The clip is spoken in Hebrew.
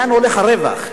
לאן הולך הרווח?